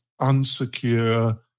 unsecure